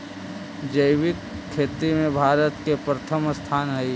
जैविक खेती में भारत के प्रथम स्थान हई